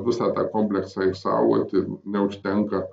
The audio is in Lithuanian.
visą tą kompleksą išsaugoti neužtenka